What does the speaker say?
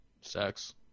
Sex